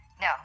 no